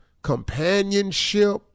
companionship